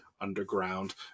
underground